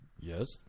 Yes